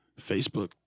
Facebook